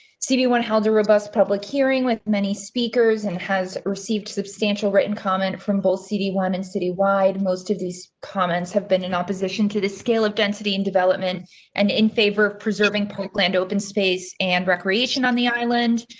cd one held a robust public hearing with many speakers and has received substantial written comment from both cd one and city wide. most of these comments have been in opposition to the scale of density and development and in favor of preserving parkland open space and recreation on the island.